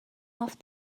off